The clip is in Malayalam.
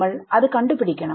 നമ്മൾ അത് കണ്ട് പിടിക്കണം